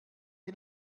die